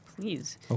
please